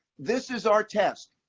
this is our test.